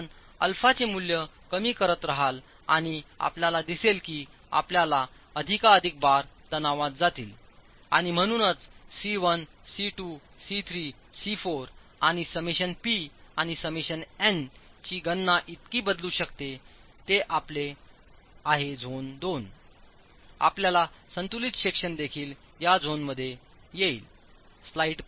आपण α चे मूल्य कमी करत रहाल आणि आपल्याला दिसेल की आपल्या अधिकाधिक बार तणावात जातील आणिम्हणूनच सी 1 सी 2 सी 3 सी 4 आणि Σ पी आणि Σ एम ची गणना इतकी बदलू शकते ते आपले आहे झोन 2 आपला संतुलित सेक्शन देखील या झोनमध्ये येईल